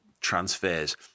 transfers